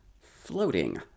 floating